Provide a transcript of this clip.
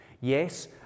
Yes